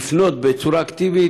לפנות בצורה אקטיבית,